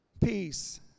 peace